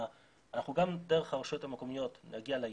אנחנו גם דרך הרשויות המקומיות נגיע ליעדים,